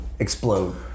explode